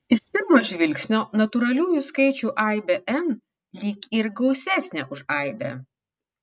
iš pirmo žvilgsnio natūraliųjų skaičių aibė n lyg ir gausesnė už aibę